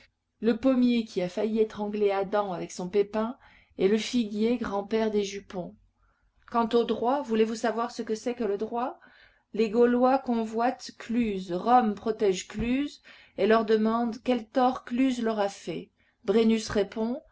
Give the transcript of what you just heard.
le pommier qui a failli étrangler adam avec son pépin et le figuier grand-père des jupons quant au droit voulez-vous savoir ce que c'est que le droit les gaulois convoitent cluse rome protège cluse et leur demande quel tort cluse leur a fait brennus répond